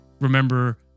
remember